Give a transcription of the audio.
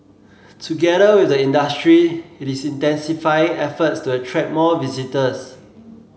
together with the industry it is intensifying efforts to attract more visitors